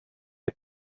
had